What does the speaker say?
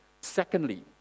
Secondly